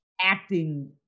acting